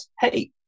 hey